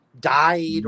died